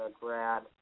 grad